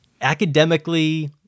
academically